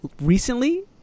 recently